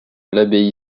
l’abbaye